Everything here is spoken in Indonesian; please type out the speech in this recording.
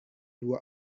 dua